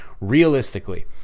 Realistically